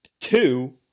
two